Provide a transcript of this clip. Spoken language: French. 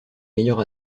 meilleure